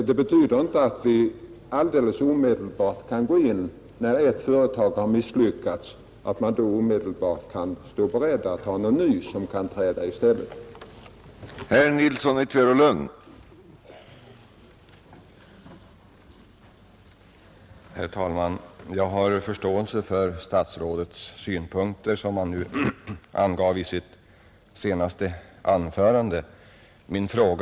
Det betyder dock inte att vi alldeles omedelbart, när ett företag har misslyckats, kan stå beredda att ha en ny företagare som kan träda in i stället för den tidigare.